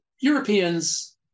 Europeans